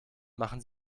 machen